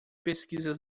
pesquisa